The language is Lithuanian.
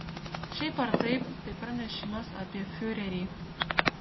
šiaip ar taip tai pranešimas apie fiurerį